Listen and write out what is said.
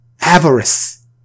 Avarice